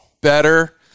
better